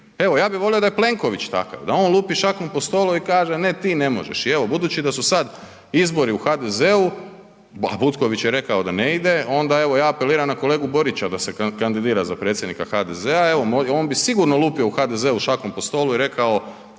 Evo, ja bi volio da je Plenković takav, da on lupi šakom po stolu i kaže ne ti ne možeš i evo budući da su sad izbori u HDZ-u, a Butković je rekao da ne ide, onda evo ja apeliram na kolegu Borića da se kandidira za predsjednika HDZ-a, evo on bi sigurno lupio u HDZ-u šakom po stolu i rekao